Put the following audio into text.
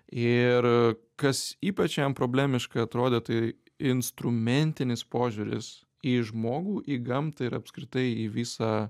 ir kas ypač jam problemiškai atrodė tai instrumentinis požiūris į žmogų į gamtą ir apskritai į visą